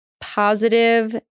positive